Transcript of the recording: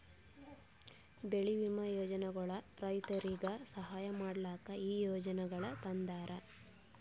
ಬೆಳಿ ವಿಮಾ ಯೋಜನೆಗೊಳ್ ರೈತುರಿಗ್ ಸಹಾಯ ಮಾಡ್ಲುಕ್ ಈ ಯೋಜನೆಗೊಳ್ ತಂದಾರ್